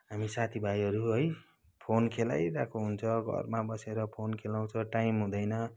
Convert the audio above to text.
हामी साथीभाइहरू है फोन खेलाइरहेको हुन्छ घरमा बसेर फोन खेलाउँछ टाइम हुँदैन